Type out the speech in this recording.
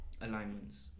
Alignments